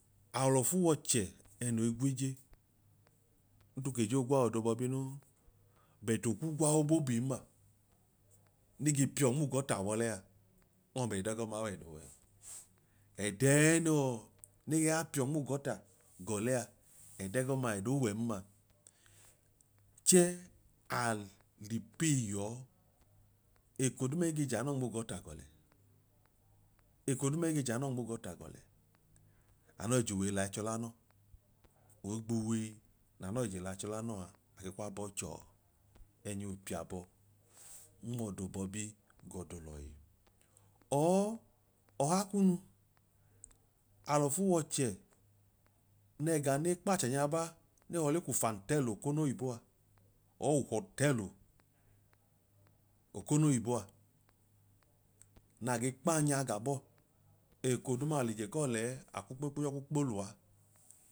Aọ lọfu w'ọchẹ ẹẹnoi gweje, ntu k'eje ogwa w'ọdo bọbi non but oku gwa obobin ma ne ge piọ nmuu gutter w'ọlẹa, ọọma ẹdẹgọma wẹdo wẹn. ẹdẹẹ nọọ ege ga piọọ nm'ugọta gọlẹa ẹdẹgọma aboo wẹn ma chẹẹ a l'ipeyi yọọ, eko duuma ege ja nọọ nmuugọta gọlẹ, ekoduuma ege ja nọọ nmuugọta gọlẹ, anọọ juwẹi l'achọlanọọ, ohigbuwei nanọi je l'achọ lanọọ a ake kw'abọọ chọọ. Ẹnya opiabọ nmoobọbi go olọhi or ọha kunu alọfu wọchẹ neega ne kpa achẹnya ba ne họ ku fantẹlu okonoibo a or uhọtẹlu okonoiboa na ge kpanya ga bọọ, eko duuma alije kọọ lẹẹ aku kpo kpo nyọọ ku kpo luwa.